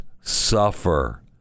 suffer